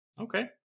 Okay